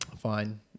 Fine